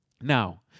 Now